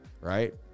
right